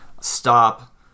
stop